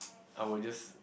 I will just